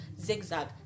zigzag